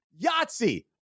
Yahtzee